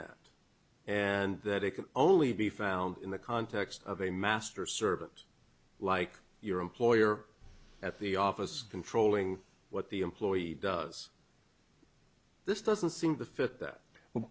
that and that it can only be found in the context of a master servant like your employer at the office controlling what the employee does this doesn't seem to fit that well